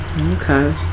Okay